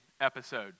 episode